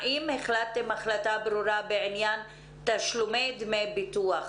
האם החלטתם החלטה ברורה בעניין תשלומי דמי ביטוח?